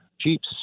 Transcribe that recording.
jeeps